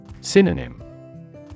Synonym